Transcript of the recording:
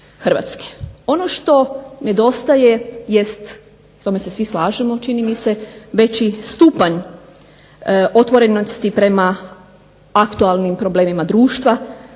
Hrvatske. Ono što nedostaje jest, u tome se svi slažemo čini mi se, veći stupanj otvorenosti prema aktualnim problemima društva.